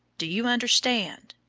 do you understand?